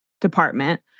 department